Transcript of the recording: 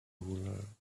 ruler